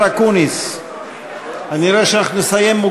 השר אקוניס?